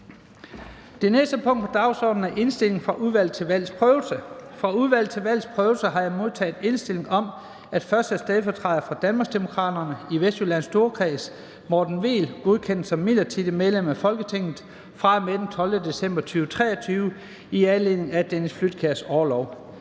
Første næstformand (Leif Lahn Jensen): Fra Udvalget til Valgs Prøvelse har jeg modtaget indstilling om, at 1. stedfortræder for Danmarksdemokraterne i Vestjyllands Storkreds, Morten Vehl, godkendes som midlertidigt medlem af Folketinget fra og med den 12. december 2023 i anledning af Dennis Flydtkjærs orlov.